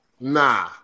Nah